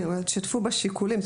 תשתפו בשיקולים.